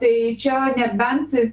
tai čia nebent